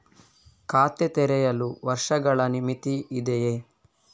ಖಾತೆ ತೆರೆಯಲು ವರ್ಷಗಳ ಮಿತಿ ಇದೆಯೇ?